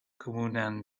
komunan